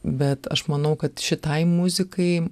bet aš manau kad šitai muzikai